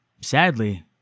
sadly